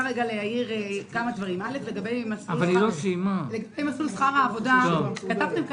לגבי מסלול שכר העבודה, כתבתם כאן: